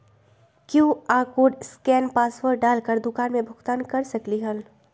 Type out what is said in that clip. QR code scan password डाल कर दुकान में भुगतान कर सकलीहल?